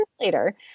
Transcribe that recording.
later